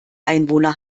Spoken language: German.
einwohner